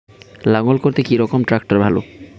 লাঙ্গল করতে কি রকম ট্রাকটার ভালো?